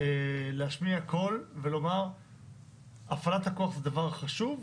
אני חושב שאנחנו צריכים להשמיע קול ולומר הפעלת הכוח היא דבר חשוב,